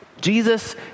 Jesus